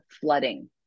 flooding